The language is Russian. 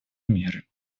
меры